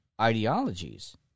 ideologies